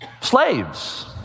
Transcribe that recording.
Slaves